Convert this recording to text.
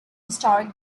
historic